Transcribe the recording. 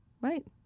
right